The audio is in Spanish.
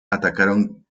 atacaron